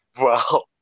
Wow